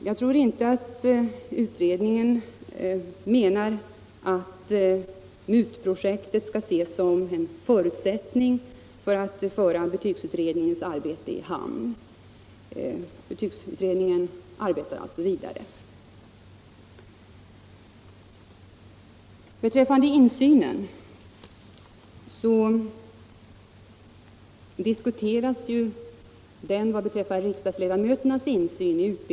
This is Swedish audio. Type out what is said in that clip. Jag tror inte att utredningen menar att MUT-projektet skall ses som en förutsättning för att man skall kunna föra betygsutredningens arbete i hamn. Betygsutredningen arbetar alltså vidare. Beträffande insynen diskuteras just nu i utbildningsutskottet riksdagsledamöternas insyn.